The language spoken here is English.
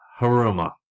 Haruma